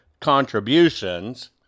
contributions